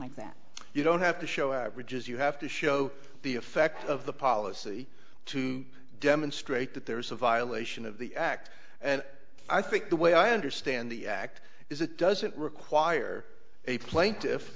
like that you don't have to show averages you have to show the effect of the policy to demonstrate that there's a violation of the act and i think the way i understand the act is it doesn't require a plaintiff